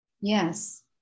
Yes